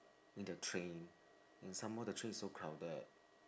in the train and some more the train is so crowded